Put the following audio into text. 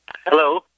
Hello